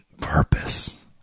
purpose